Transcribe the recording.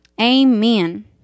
amen